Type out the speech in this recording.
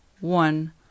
one